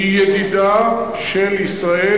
היא ידידה של ישראל,